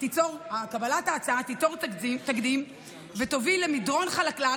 קבלת ההצעה תיצור תקדים ותוביל למדרון חלקלק